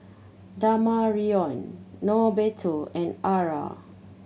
Damarion Norberto and Arra